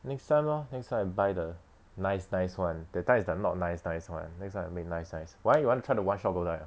next time lor next time I buy the nice nice [one] that time is the not nice nice [one] next time I make the nice nice why you want to try the [one] shot go die ah